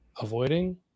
avoiding